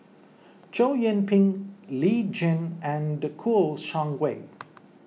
Chow Yian Ping Lee Tjin and Kouo Shang Wei